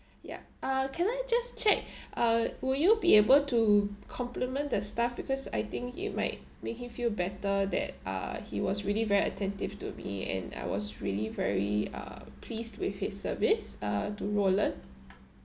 yup uh can I just check uh will you be able to compliment the staff because I think it might make him feel better that uh he was really very attentive to me and I was really very uh pleased with his service uh to roland